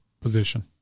position